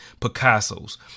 Picasso's